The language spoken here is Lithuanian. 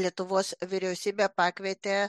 lietuvos vyriausybė pakvietė